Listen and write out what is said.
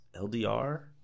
LDR